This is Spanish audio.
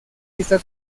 esta